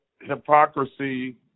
hypocrisy